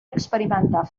experimentar